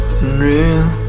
unreal